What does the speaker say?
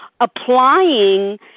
applying